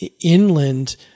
inland